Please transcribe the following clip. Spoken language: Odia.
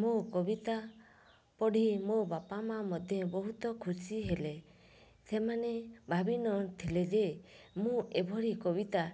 ମୋ କବିତା ପଢ଼ି ମୋ ବାପା ମା ମତେ ବହୁତ ଖୁସି ହେଲେ ସେମାନେ ଭାବିନଥିଲେ ଯେ ମୁଁ ଏଭଳି କବିତା